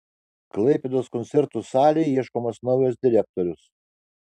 klaipėdos koncertų salei ieškomas naujas direktorius